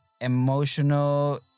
emotional